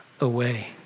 away